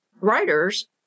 writers